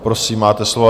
Prosím, máte slovo.